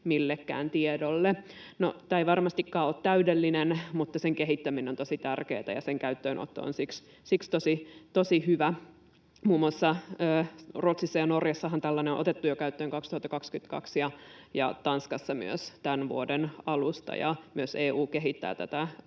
millekään tiedolle. No, tämä ei varmastikaan ole täydellinen, mutta sen kehittäminen on tosi tärkeätä ja sen käyttöönotto on siksi tosi hyvä. Muun muassa Ruotsissa ja Norjassahan tällainen on otettu jo käyttöön 2022 ja Tanskassa myös tämän vuoden alusta, ja myös EU kehittää tätä